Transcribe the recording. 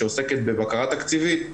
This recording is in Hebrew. שעוסקת בבקרה תקציבית,